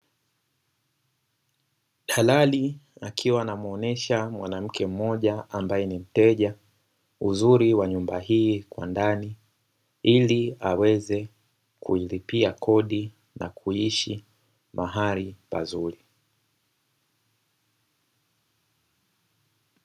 Dalali akiwa anamuonyesha mwanamke mmoja ambaye ni mteja uzuri wa nyumba hii kwa ndani, ili aweze kuilipia kodi na kuishi mahali pazuri.